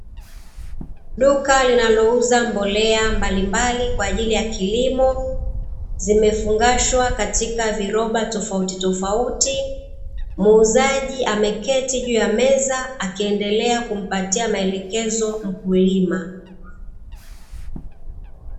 Duka linalouza mbolea mbalimbali kwa ajili ya kilimo, zimefungashwa katika viroba tofautitofauti, muuzaji ameketi juu ya meza akiendelea kumpatia maelekezo mkulima.